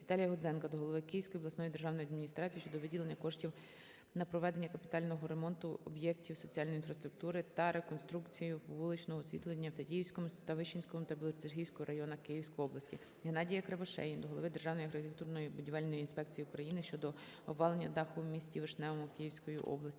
Віталія Гудзенка до голови Київської обласної державної адміністрації щодо виділення коштів на проведення капітального ремонту об'єктів соціальної інфраструктури та реконструкцію вуличного освітлення в Тетіївському, Ставищенському та Білоцерківському районах Київської області. Геннадія Кривошеї до Голови Державної архітектурно-будівельної інспекції України щодо обвалення даху в місті Вишневому Київської області.